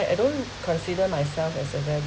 I I don't consider myself as a very